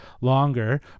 longer